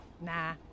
Nah